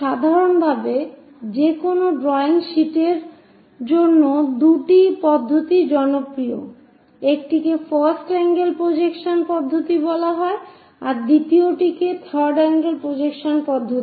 সাধারণভাবে যেকোনো ড্রয়িং শীটের জন্য দুটি পদ্ধতি জনপ্রিয় একটিকে ফার্স্ট আঙ্গেল প্রজেকশন পদ্ধতি বলা হয় দ্বিতীয়টি থার্ড আঙ্গেল প্রজেকশন পদ্ধতি